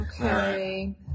Okay